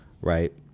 right